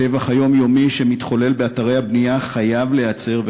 הטבח היומיומי שמתחולל באתרי הבנייה חייב להיעצר,